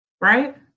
right